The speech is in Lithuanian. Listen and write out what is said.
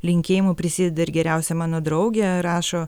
linkėjimų prisideda ir geriausia mano draugė rašo